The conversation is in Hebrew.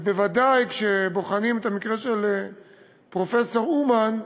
ובוודאי כשבוחנים את המקרה של פרופסור אומן,